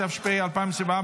התשפ"ה 2024,